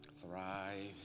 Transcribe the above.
Thrive